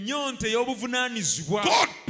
God